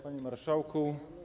Panie Marszałku!